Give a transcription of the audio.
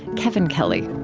kevin kelly